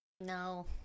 No